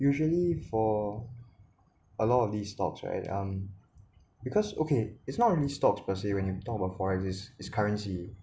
usually for a lot of these stocks right um because okay it's not really stocks per se when you talk about forex it's currency